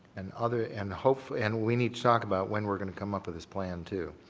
and other and hopefully and we need to talk about when we're going to come up with this plan too.